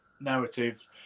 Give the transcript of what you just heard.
narrative